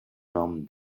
nom